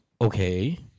okay